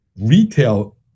retail